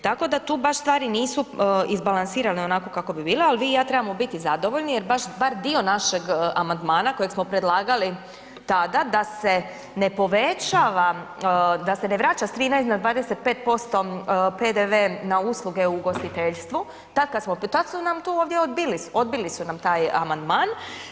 Tako da tu baš stvari nisu izbalansirane onako kako bi bilo ali vi i ja trebamo biti zadovoljni jer bar dio našeg amandmana kojeg smo predlagali tada da se ne povećava, da se ne vraća sa 13 na 25% PDV na usluge u ugostiteljstvu tad kad smo, tada su nam to ovdje odbili, odbili su nam taj amandman.